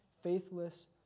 faithless